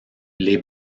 les